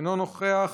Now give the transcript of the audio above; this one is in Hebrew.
אינו נוכח,